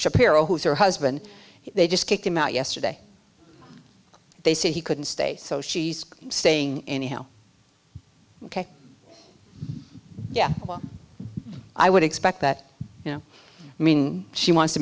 shapiro who is her husband they just kicked him out yesterday they said he couldn't stay so she's staying in hell yeah i would expect that you know i mean she wants to